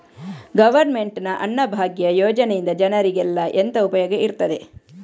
Government ನ ಅನ್ನಭಾಗ್ಯ ಯೋಜನೆಯಿಂದ ಜನರಿಗೆಲ್ಲ ಎಂತ ಉಪಯೋಗ ಇರ್ತದೆ?